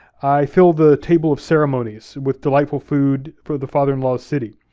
i fill the table of ceremonies with delightful food for the father-in-law's city.